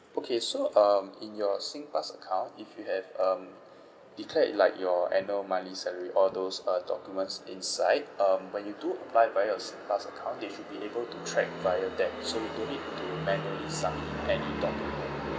okay so um in your singpass account if you have um declared like your annual monthly salary all those uh documents inside um when you do apply via your singpass account they should be able to track via that so you don't need to manually submit any document